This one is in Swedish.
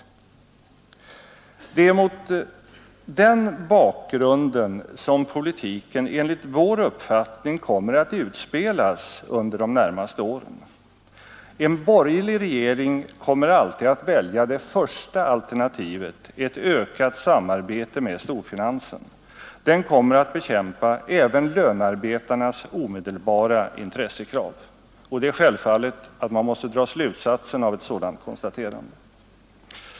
”Det är mot den här bakgrunden som politiken enligt vår uppfattning kommer att utspelas under de närmaste åren. En borgerlig regering kommer alltid att välja det första alternativet, ett ökat samarbete med storfinansen. Den kommer att bekämpa även lönearbetarnas omedelbara intre; krav. Det är självfallet att man måste dra slutsatsen av ett sådant konstaterande.